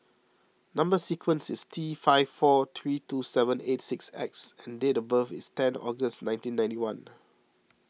Number Sequence is T five four three two seven eight six X and date of birth is ten August nineteen ninety one